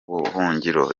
buhungiro